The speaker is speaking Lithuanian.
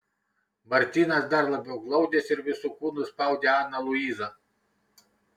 martynas dar labiau glaudėsi ir visu kūnu spaudė aną luizą